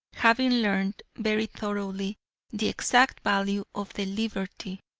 having learned very thoroughly the exact value of the liberty,